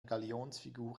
galionsfigur